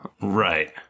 Right